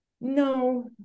no